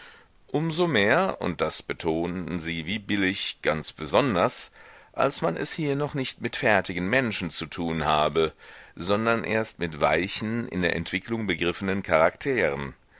so mehr und das betonten sie wie billig ganz besonders als man es hier noch nicht mit fertigen menschen zu tun habe sondern erst mit weichen in der entwicklung begriffenen charakteren